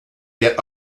get